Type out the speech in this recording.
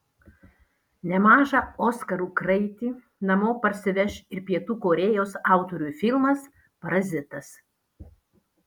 nemažą oskarų kraitį namo parsiveš ir pietų korėjos autorių filmas parazitas